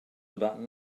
about